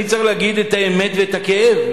אני צריך להגיד את האמת ואת הכאב,